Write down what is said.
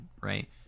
right